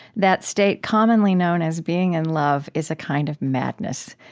that state commonly known as being in love is a kind of madness.